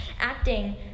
Acting